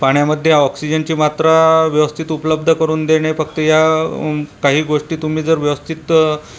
ऑक्सिजनची मात्रा व्यवस्थित उपलब्ध करून देणे फक्त या काही गोष्टी तुम्ही जर व्यवस्थित पाळल्या